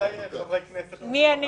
שחברי הכנסת פטורים מהם, גם